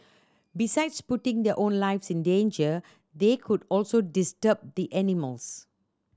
besides putting their own lives in danger they could also disturb the animals